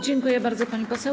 Dziękuję bardzo, pani poseł.